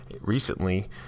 recently